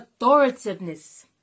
authoritiveness